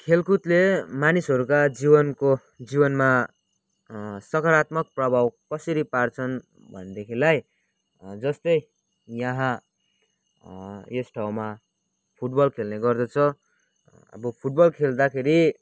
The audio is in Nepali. खेलकुदले मानिसहरूका जीवनको जीवनमा सकारात्मक प्रभाव कसरी पार्छन् भनेदेखिलाई जस्तै यहाँ यस ठाउँमा फुटबल खेल्ने गर्दछ अब फुटबल खेल्दाखेरि